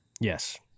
yes